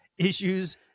issues